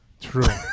True